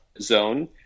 zone